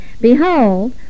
Behold